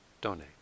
donate